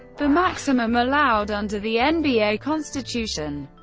the maximum allowed under the and nba constitution.